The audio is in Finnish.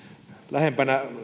lähempänä